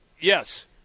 Yes